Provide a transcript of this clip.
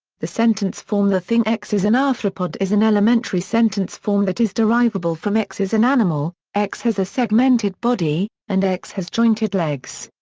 the sentence form the thing x is an arthropod is an elementary sentence form that is derivable from x is an animal, x has a segmented body and x has jointed legs.